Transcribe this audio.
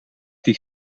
die